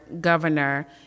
governor